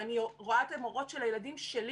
ואני רואה את המורות של הילדים שלי.